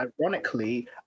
ironically